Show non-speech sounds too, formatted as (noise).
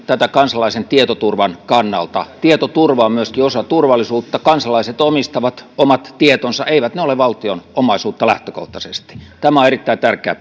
(unintelligible) tätä myöskin kansalaisen tietoturvan kannalta tietoturva on myöskin osa turvallisuutta kansalaiset omistavat omat tietonsa eivät ne ole valtion omaisuutta lähtökohtaisesti tämä on erittäin tärkeä (unintelligible)